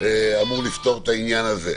אמור לפתור את העניין הזה.